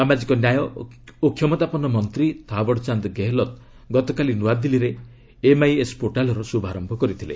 ସାମାଜିକ ନ୍ୟାୟ ଓ କ୍ଷମତାପନ୍ନ ମନ୍ତ୍ରୀ ଥାବଡଚାନ୍ଦ ଗେହଲଟ ଗତକାଲିନୂଆଦିଲ୍ଲୀରେ ଏମ୍ଆଇଏସ୍ ପୋର୍ଟାଲର ଶୁଭାରମ୍ଭ କରିଥିଲେ